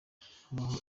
habaho